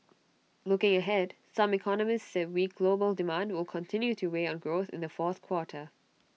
looking ahead some economists said weak global demand will continue to weigh on growth in the fourth quarter